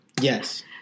Yes